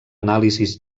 anàlisis